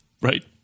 Right